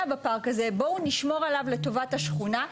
בפארק הזה בואו נשמור עליו לטובת השכונה,